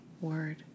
word